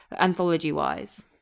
anthology-wise